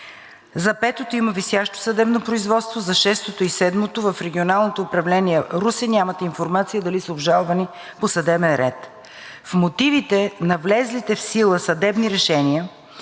За петото има висящо съдебно производство, за шестото и седмото в Регионалното управление – Русе, нямат информация дали са обжалвани по съдебен ред. В мотивите на влезлите в сила съдебни решения